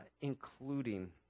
including